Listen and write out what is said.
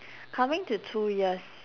coming to two years